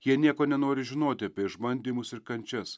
jie nieko nenori žinoti apie išbandymus ir kančias